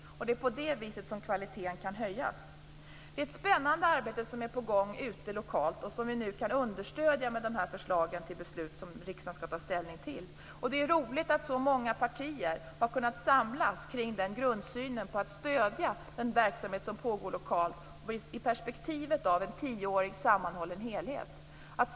Det är på det viset som kvaliteten kan höjas. Det är ett spännande arbete som är på gång lokalt, och som vi nu kan understödja med de förslag till beslut som riksdagen skall ta ställning. Det är roligt att så många partier har kunnat samlas kring grundsynen om att stödja den verksamhet som pågår lokalt i perspektivet av en tioårig sammanhållen helhet.